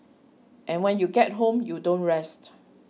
and when you get home you don't rest